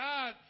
God